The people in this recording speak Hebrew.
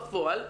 בפועל.